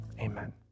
Amen